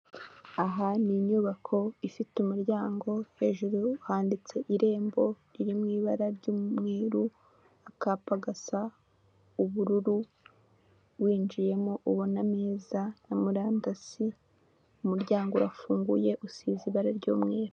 Aha ni inyubako ifite umuryango, hejuru handitse irembo riri mu ibara ry'umweru akapa gasa ubururu. Winjiyemo ubona ameza na murandazi, umuryango urafunguye usize irangi ry'umweru.